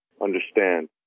understand